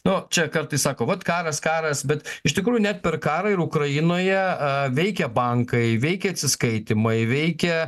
nu čia kartais sako vat karas karas bet iš tikrųjų net per karą ir ukrainoje veikia bankai veikia atsiskaitymai veikia